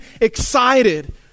excited